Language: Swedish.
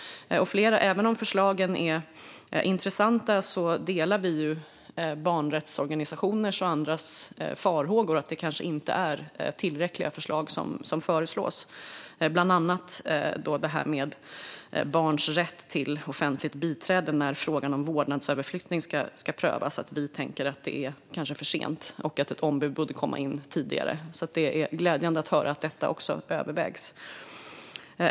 Även om förslagen är intressanta delar vi barnrättsorganisationers och andras farhågor att det kanske inte är tillräckliga förslag. Det gäller bland annat detta med barns rätt till offentligt biträde när frågan om vårdnadsöverflyttning ska prövas. Vi tänker att det kanske är för sent och att ett ombud borde komma in tidigare. Det är glädjande att höra att detta också övervägs.